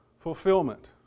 fulfillment